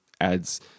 adds